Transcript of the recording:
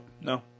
No